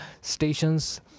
stations